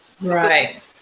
right